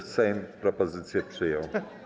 że Sejm propozycję przyjął.